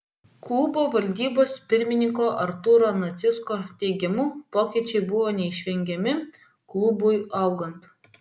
klubo valdybos pirmininko artūro nacicko teigimu pokyčiai buvo neišvengiami klubui augant